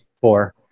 Four